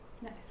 Nice